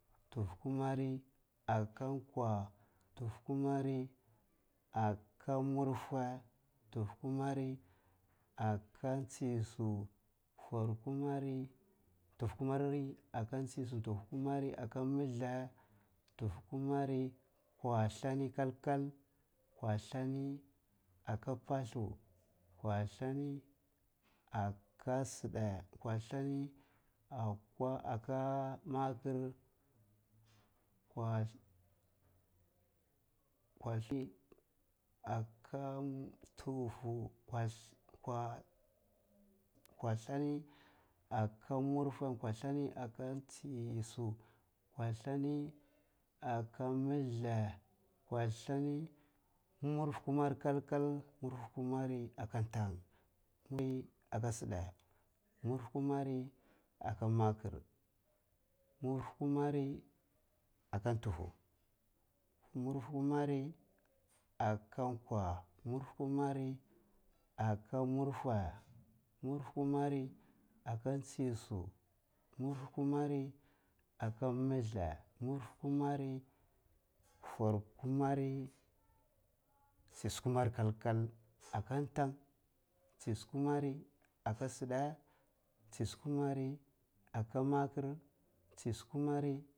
Ntufu kuma ri aka kwuwa. ntufu kuma ari aka murfwe, ntufu kuma ri aka tsisu, ntufu kuma ari aka mithla, ntufu kuma ri aka kwuwa nlani kal kal, kwuwa nlani aka pwalu, kwuwa nlani aka si’idta, kuruwa nlani akwa aka maker, kwuwa kwali aka ntufu, kwa, kura kuruwa nlani aka munfwe kwuwa nlani aka tsisu, kuruwa nlani aka milthla, kwawa nlani murfwe kumara kal-kal, murfwe kumara aka tang, murfwe kuma ri aka si’idta, murfwe kumara aka maker, murfwe kumara aka ntufu, murfwe ku ri aka kwuwa, murifwe kumara aka murifwe, murifwe kumara aka tsisu, murifwe kumara milthla, murifwe kumara for kumara tsisu kumar kal kal, aka tang, tsisu kumara aka si’idta, tsisu kumara aka maker tsi. tsisu kumara aka.